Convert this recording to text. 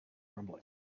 rumbling